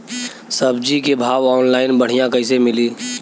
सब्जी के भाव ऑनलाइन बढ़ियां कइसे मिली?